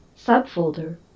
Subfolder